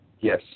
Yes